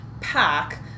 pack